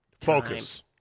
focus